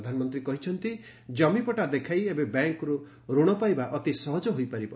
ପ୍ଧାନମନ୍ତ୍ରୀ କହିଛନ୍ତି କ୍ରମିପଟା ଦେଖାଇ ଏବେ ବ୍ୟାଙ୍କରୁ ଋଣ ପାଇବା ସହଜ ହୋଇପାରିବ